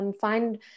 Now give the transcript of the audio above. find